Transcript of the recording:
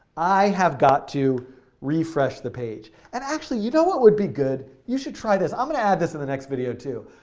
i have got to refresh the page. and actually, you know what would be good, you should try this. i'm going to add this in the next video too.